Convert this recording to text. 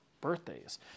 birthdays